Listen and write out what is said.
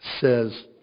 says